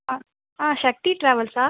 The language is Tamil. ஆ ஆ சக்தி டிராவல்ஸா